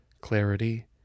Clarity